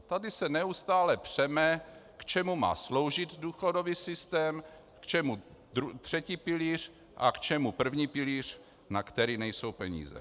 Tady se neustále přeme, k čemu má sloužit důchodový systém, k čemu třetí pilíř a k čemu první pilíř, na který nejsou peníze.